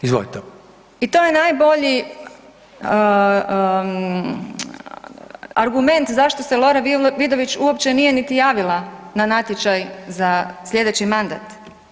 I to je najbolji argument zašto se Lora Vidović uopće nije niti javila na natječaj za slijedeći mandat.